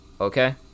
okay